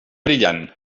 brillant